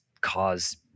cause